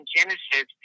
Genesis